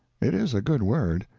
it is a good word.